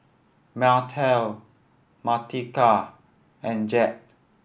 Martell Martika and Jett